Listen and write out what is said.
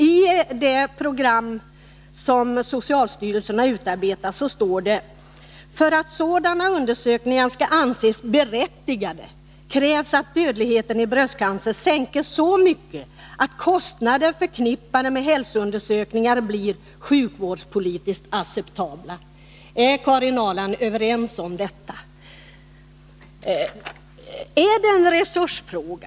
I det program som socialstyrelsen har utarbetat står det: ”För att sådana undersökningar skall anses berättigade krävs att dödlighet i bröstcancer sänkes så mycket att kostnader förknippade med hälsoundersökningar blir sjukvårdspolitiskt acceptabla.” Delar Karin Ahrland den uppfattningen? Är detta en resursfråga?